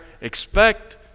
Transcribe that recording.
expect